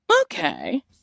Okay